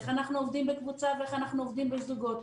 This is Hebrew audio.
איך אנחנו עובדים בקבוצה ואיך אנחנו עובדים בזוגות.